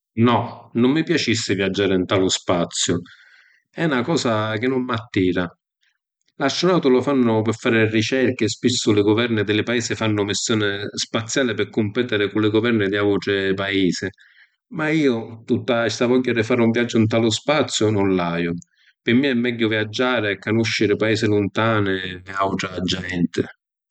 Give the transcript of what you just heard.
No, nun mi piacissi viaggiari nta lu spaziu. E’ na cosa chi nun m’attira. L’astronauti lu fannu pi fari ricerchi e spissu li guverni di li paisi fannu missioni spaziali pi cumpètiri cu’ li guverni di autri paisi. Ma iu, tutta sta vogghia di fari un viaggiu nta lu spaziu nun l’haiu. Pi mia è megghiu viaggiari e canusciri paisi luntani e autra genti.